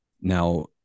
Now